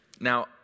Now